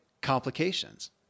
complications